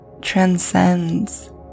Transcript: transcends